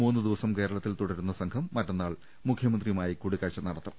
മൂന്ന് ദിവസം കേര ളത്തിൽ തുടരുന്ന സംഘം മറ്റന്നാൾ മുഖ്യമന്ത്രിയുമായി കൂടിക്കാഴ്ച നടത്തും